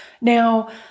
Now